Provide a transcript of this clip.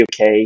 UK